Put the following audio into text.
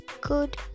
good